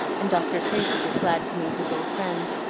and dr. tracy was glad to meet his old friend.